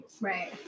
Right